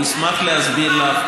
הוא ישמח להסביר לך,